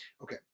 Okay